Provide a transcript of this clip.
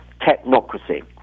technocracy